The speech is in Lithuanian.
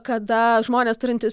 kada žmonės turintys